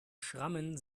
schrammen